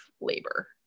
labor